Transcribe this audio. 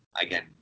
again